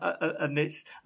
amidst